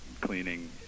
cleaning